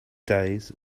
days